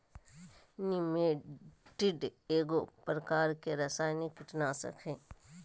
निमेंटीड एगो प्रकार के रासायनिक कीटनाशक हइ